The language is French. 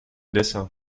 dessins